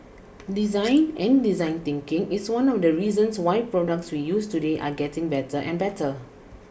design and design thinking is one of the reasons why products we use today are getting better and better